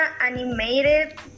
animated